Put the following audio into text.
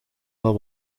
wel